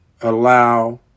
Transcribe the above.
allow –